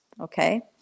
okay